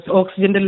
oxygen